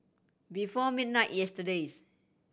before midnight yesterday